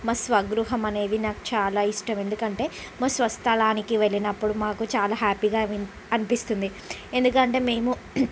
మా స్వగృహం అనేది నాకు చాలా ఇష్టం ఎందుకంటే మా స్వస్థలానికి వెళ్ళినపుడు మాకు చాలా హ్యాపీగా అనిపిస్తుంది ఎందుకంటే మేము